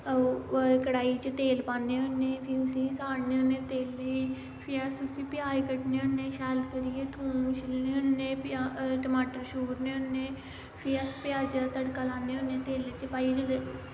कड़ाही च तेल पान्ने होने फ्ही उस्सी साड़ने होने तेलेई फ्ही अस उस्स प्याज़ कट्टने होंने शैल करियै थूंम शिलने होंने फ्ही टमाटर शूरने होने फ्ही अस प्याजा दा तड़का लान्ने होन्ने तेलै च पाईयै ते